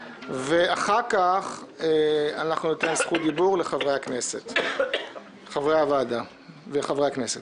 ואחר כך אנחנו ניתן זכות דיבור לחברי הוועדה ולחברי הכנסת.